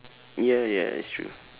ya ya it's true